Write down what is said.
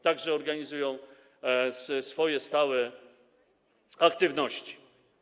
Także organizują swoje stałe aktywności.